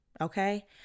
okay